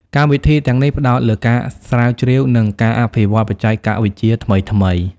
កម្មវិធីទាំងនេះផ្តោតលើការស្រាវជ្រាវ និងការអភិវឌ្ឍបច្ចេកវិទ្យាថ្មីៗ។